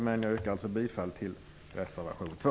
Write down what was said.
Men jag yrkar alltså bifall till reservation 2.